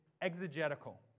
exegetical